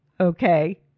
okay